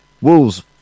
Wolves